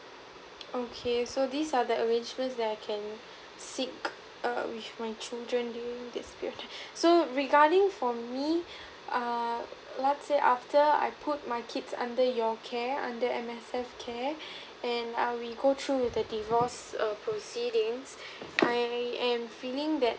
okay so these are the arrangement that I can seek err with my children during this period of time so regarding for me err let's say after I put my kids under your care under M_S_F care and err we go through with the divorce err proceedings I am feeling that